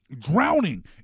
drowning